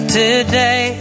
today